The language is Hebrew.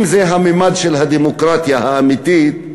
אם זה הממד של הדמוקרטיה האמיתית,